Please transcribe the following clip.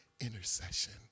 intercession